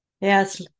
Yes